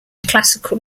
classical